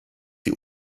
die